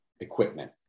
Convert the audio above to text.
equipment